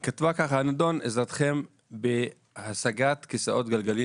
היא כתבה ככה: "הנדון: עזרתכם בהשגת כיסאות גלגלים